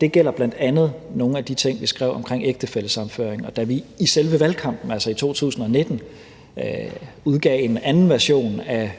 det gælder bl.a. nogle af de ting, vi skrev, om ægtefællesammenføring. Og da vi i selve valgkampen, altså i 2019, udgav en anden version af